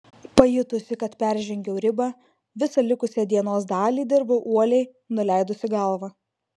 pajutusi kad peržengiau ribą visą likusią dienos dalį dirbau uoliai nuleidusi galvą